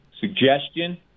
Suggestion